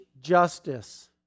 justice